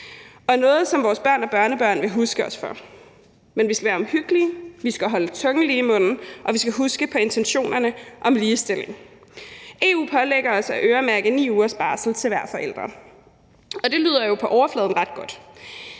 og noget, som vores børn og børnebørn vil huske os for, men vi skal være omhyggelige. Vi skal holde tungen lige i munden, og vi skal huske på intentionerne om ligestilling. EU pålægger os at øremærke 9 ugers barsel til hver forælder, og det lyder jo på overfladen ret godt,